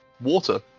water